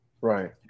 right